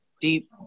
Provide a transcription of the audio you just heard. deep